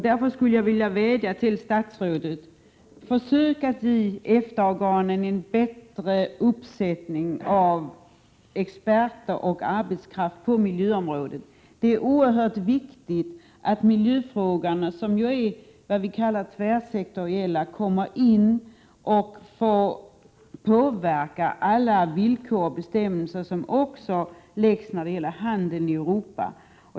Därför skulle jag vilja vädja till statsrådet att försöka ge EFTA-organen en bättre uppsättning av experter och arbetskraft på miljöområdet. Det är oerhört viktigt att miljöfrågorna, som ju är vad vi kallar tvärsektoriella, får påverka alla villkor och bestämmelser när det gäller handeln i Europa.